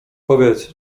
powiedz